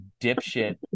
dipshit